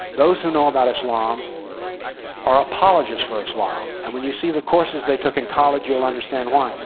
those who know about islam are apologists for islam. and when you see the courses they took in college you'll understand why.